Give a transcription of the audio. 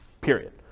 period